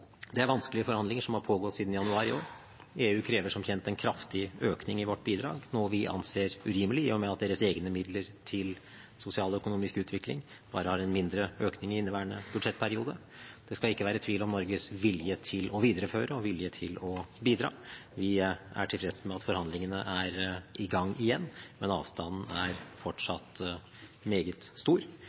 Det er vanskelige forhandlinger, som har pågått siden januar i år. EU krever som kjent en kraftig økning i vårt bidrag, noe vi anser urimelig, i og med at deres egne midler til sosialøkonomisk utvikling bare har en mindre økning i inneværende budsjettperiode. Det skal ikke være tvil om Norges vilje til å videreføre og vilje til å bidra. Vi er tilfreds med at forhandlingene er i gang igjen, men avstanden er fortsatt meget stor.